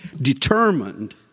determined